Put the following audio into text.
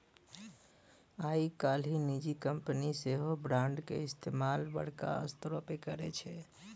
आइ काल्हि निजी कंपनी सेहो बांडो के इस्तेमाल बड़का स्तरो पे करै छै